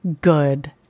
good